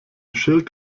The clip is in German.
schild